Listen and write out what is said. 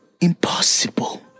Impossible